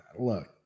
Look